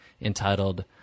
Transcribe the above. entitled